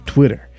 Twitter